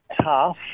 tough